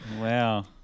Wow